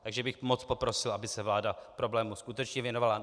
Takže bych moc poprosil, aby se vláda problému skutečně věnovala.